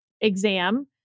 exam